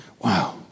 Wow